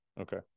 Okay